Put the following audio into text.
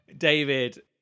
David